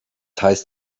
heißt